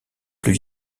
plus